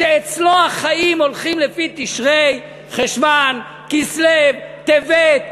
שאצלו החיים הולכים לפי תשרי, חשוון, כסלו, טבת.